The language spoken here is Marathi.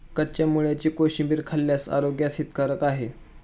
कच्च्या मुळ्याची कोशिंबीर खाल्ल्यास आरोग्यास हितकारक आहे